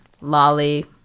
Lolly